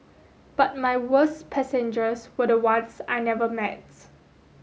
but my worst passengers were the ones I never